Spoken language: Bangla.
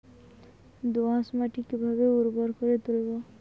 দোয়াস মাটি কিভাবে উর্বর করে তুলবো?